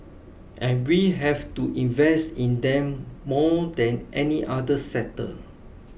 and we have to invest in them more than any other sector